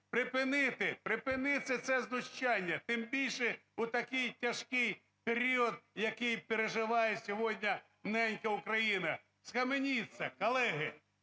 припинити це знущання, тим більше в такий тяжкий період, який переживає сьогодні ненька Україна. Схаменіться! Колеги,